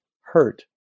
hurt